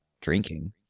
drinking